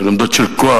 של עמדות כוח,